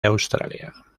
australia